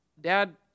Dad